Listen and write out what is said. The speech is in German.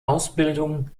ausbildung